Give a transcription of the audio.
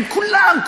הם כולם,